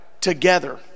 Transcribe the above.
Together